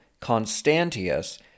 Constantius